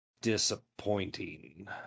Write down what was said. disappointing